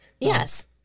yes